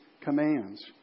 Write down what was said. commands